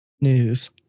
news